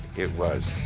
it was.